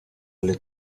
alle